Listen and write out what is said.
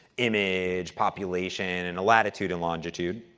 image, population, and latitude and longitude.